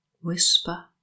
Whisper